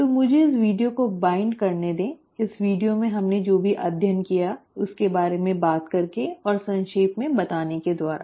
तो मुझे इस वीडियो को वाइन्ड करने दे इस वीडियो में हमने जो भी अध्ययन किया उसके बारे में बात करके और संक्षेप में बताने के द्वारा